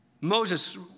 Moses